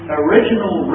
original